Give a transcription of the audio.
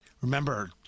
remember